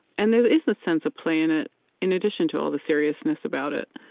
and there is a sense of play in it, in addition to all the seriousness about it,